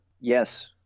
Yes